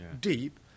deep